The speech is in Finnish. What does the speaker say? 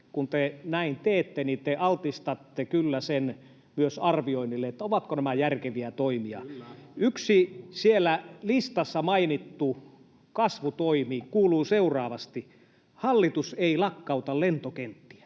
Kun te näin teette, niin te altistatte kyllä sen myös arvioinnille siitä, ovatko nämä järkeviä toimia. Yksi siellä listassa mainittu kasvutoimi kuuluu seuraavasti: hallitus ei lakkauta lentokenttiä.